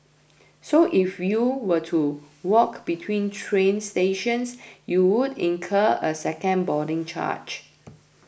so if you were to walk between train stations you would incur a second boarding charge